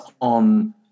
on